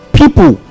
people